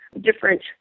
different